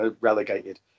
relegated